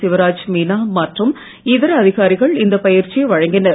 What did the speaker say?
சிவராஜ் மீனா மற்றும் இதர அதிகாரிகள் இந்த பயிற்சியை வழங்கினர்